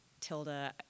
Tilda